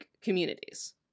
communities